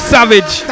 Savage